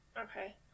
Okay